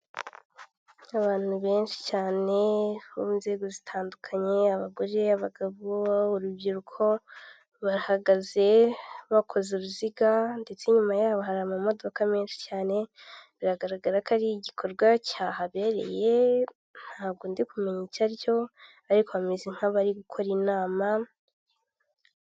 Abantu benshi cyane mu nzego zitandukanye; abagore, abagabo, urubyiruko bahagaze bakoze uruziga, ndetse nyuma yabo hari amamodoka menshi cyane, biragaragara ko ari igikorwa cyahabereye, ntabwo ndi kumenya icya aricyo, ariko bameze nk'abari gukora inama.